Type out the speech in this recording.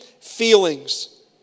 feelings